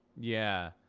yeah.